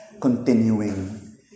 continuing